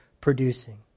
producing